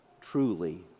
truly